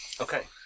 Okay